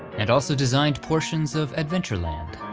and also designed portions of adventureland.